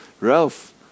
Ralph